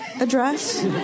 address